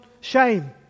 shame